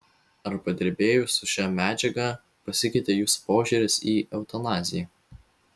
ar padirbėjus su šia medžiaga pasikeitė jūsų požiūris į eutanaziją